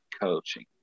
coaching